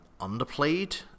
underplayed